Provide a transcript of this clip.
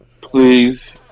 please